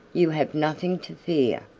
you have nothing to fear.